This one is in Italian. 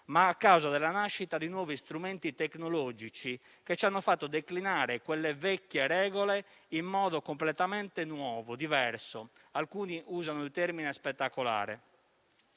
ma a causa della nascita di nuovi strumenti tecnologici che ci hanno fatto declinare quelle vecchie regole in modo completamente nuovo, diverso (alcuni usano il termine «spettacolare»).